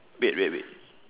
wait wait wait